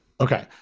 Okay